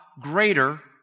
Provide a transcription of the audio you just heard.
greater